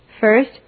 First